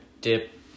dip